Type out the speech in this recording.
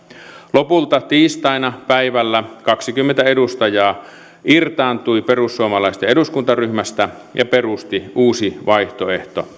lopulta tiistaina päivällä kaksikymmentä edustajaa irtaantui perussuomalaisten eduskuntaryhmästä ja perusti uusi vaihtoehto